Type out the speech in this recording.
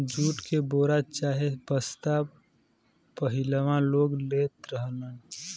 jute के बोरा चाहे बस्ता पहिलवां लोग लेत रहलन